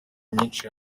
myinshi